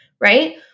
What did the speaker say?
right